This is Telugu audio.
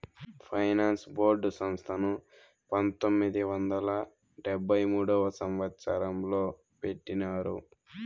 ఫైనాన్స్ బోర్డు సంస్థను పంతొమ్మిది వందల డెబ్భై మూడవ సంవచ్చరంలో పెట్టినారు